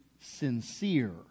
sincere